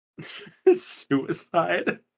suicide